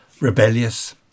rebellious